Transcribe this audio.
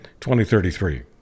2033